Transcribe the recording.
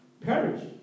perish